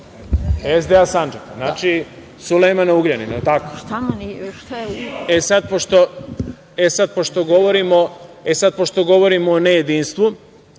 SDA Sandžaka? Znači, Sulejmana Ugljanina, jel tako?E, sad, pošto govorimo o nejedinstvu,